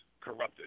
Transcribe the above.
corrupted